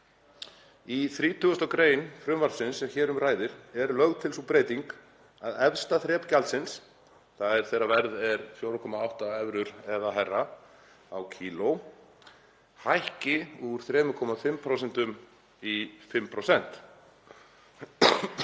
Í 30. gr. frumvarpsins sem hér um ræðir er lögð til sú breyting að efsta þrep gjaldsins, þ.e. þegar verð er 4,8 evrur eða hærra á kíló, hækki úr 3,5% í 5%.